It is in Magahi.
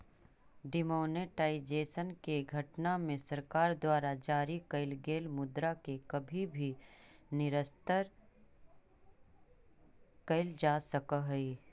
डिमॉनेटाइजेशन के घटना में सरकार द्वारा जारी कैल गेल मुद्रा के कभी भी निरस्त कैल जा सकऽ हई